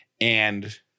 and-